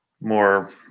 more